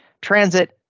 transit